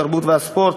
התרבות והספורט,